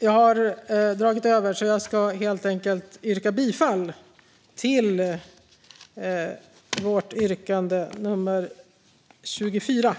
Jag har dragit över min talartid, så jag ska helt enkelt yrka bifall till vår reservation 24.